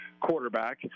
quarterback